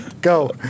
go